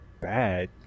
bad